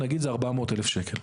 נגיד זה 400,000 שקל.